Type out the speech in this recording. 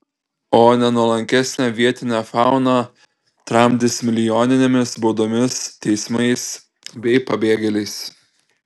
o nenuolankesnę vietinę fauną tramdys milijoninėmis baudomis teismais bei pabėgėliais